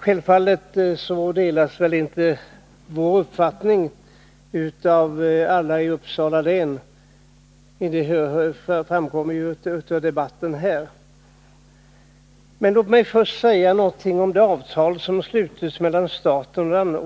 Självfallet delas inte vår uppfattning av alla i Uppsala län. Det har också framgått av debatten här. Men låt mig först säga några ord om det avtal om